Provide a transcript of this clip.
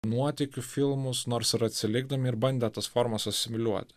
nuotykių filmus nors ir atsilikdami ir bandė tas formas asimiliuoti